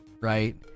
right